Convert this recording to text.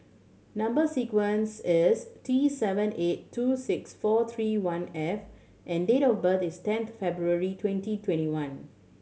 number sequence is T seven eight two six four three one F and date of birth is ten February twenty twenty one